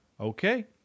Okay